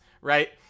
right